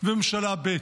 וממשלה ב',